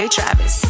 Travis